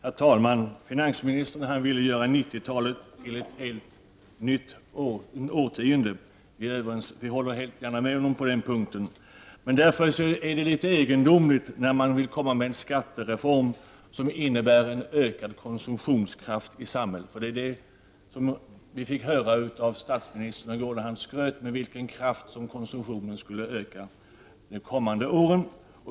Herr talman! Finansministern vill göra 90-talet till ett helt nytt årtionde. Jag håller helt med honom på den punkten. Därför är det egendomligt att se förslag om en skattereform som innebär en ökad konsumtionskraft i samhället. I går skröt ju statsministern om med vilken kraft som konsumtionen skulle öka under de kommande åren.